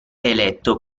eletto